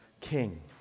king